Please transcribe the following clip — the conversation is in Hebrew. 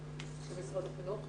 לך.